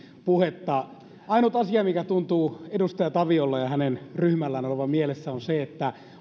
puhetta ainut asia mikä tuntuu edustaja taviolla ja hänen ryhmällään olevan mielessä on se